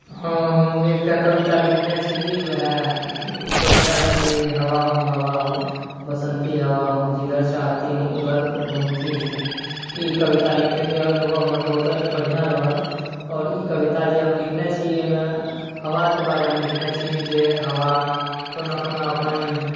हँ हम जे एकटा कविता लिखने छी उएह ओ कविता छै हवा हूँ हवा हूँ बसन्ती हवा हूँ जिधर चाहती हूँ उधर घुमती हूँ ई कविता लिखैके अनुभव हमर बहुत बढ़िआँ रहल और ई कविता जे हम लिखने छी एहिमे हवाक बारेमे लिखने छी जे हवा कोना कोना अपन